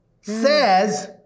says